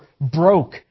broke